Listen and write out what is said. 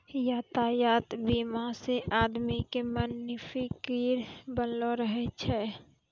यातायात बीमा से आदमी के मन निफिकीर बनलो रहै छै